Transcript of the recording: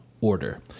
order